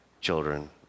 children